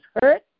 hurt